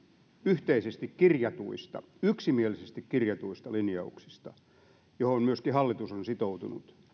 yhteisesti kirjatuista yksimielisesti kirjatuista linjauksista joihin myöskin hallitus on sitoutunut